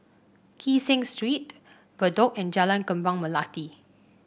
Kee Seng Street Bedok and Jalan Kembang Melati